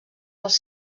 els